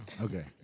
Okay